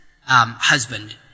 husband